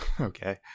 okay